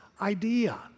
idea